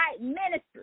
ministry